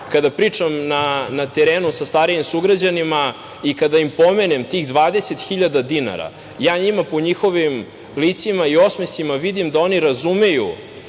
kada pričam na terenu sa starijim sugrađanima i kada im pomenem tih 20.000 dinara, ja njima po njihovim licima i osmesima vidim da oni razumeju